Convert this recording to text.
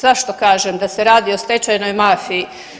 Zašto kažem da se radi o stečajnoj mafiji?